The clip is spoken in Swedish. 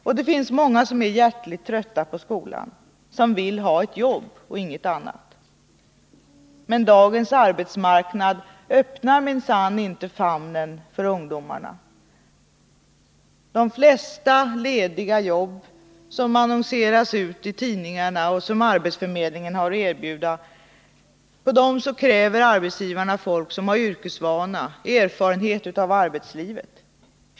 Och många är hjärtligt trötta på skolan — de vill ha ett jobb och ingenting annat. Men dagens arbetsmarknad öppnar minsann inte famnen för ungdomarna. För de flesta lediga jobb som annonseras ut i tidningarna och som arbetsförmedlingen har att erbjuda kräver arbetsgivarna folk som har yrkesvana, som har erfarenhet av arbetslivet.